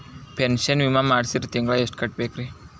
Pension ವಿಮಾ ಮಾಡ್ಸಿದ್ರ ತಿಂಗಳ ಎಷ್ಟು ಕಟ್ಬೇಕ್ರಿ?